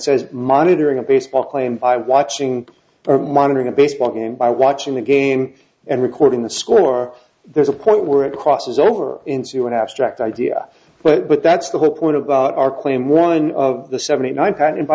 says monitoring a baseball claim by watching or monitoring a baseball game by watching the game and recording the score there's a point where it crosses over into an abstract idea but that's the whole point about our claim one of the seventy nine pattern by